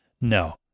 No